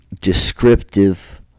descriptive